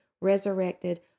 resurrected